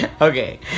Okay